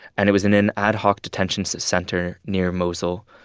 and it was in an ad hoc detention center near mosul.